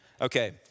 Okay